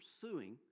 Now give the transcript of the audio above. pursuing